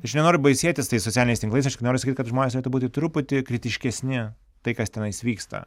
aš nenoriu baisėtis tais socialiniais tinklais aš tik noriu kad žmonės turėtų būti truputį kritiškesni tai kas tenais vyksta